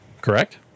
correct